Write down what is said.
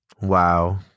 Wow